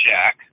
Jack